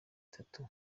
itatu